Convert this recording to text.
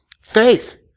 Faith